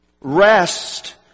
Rest